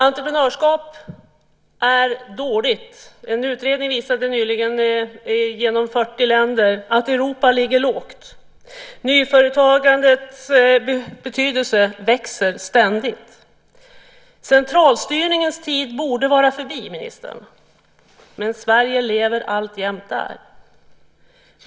Entreprenörskapet går dåligt. En utredning av 40 länder visade nyligen att Europa ligger lågt. Nyföretagandets betydelse växer ständigt. Centralstyrningens tid borde vara förbi, ministern. Men Sverige lever alltjämt i den.